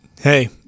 Hey